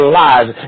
lives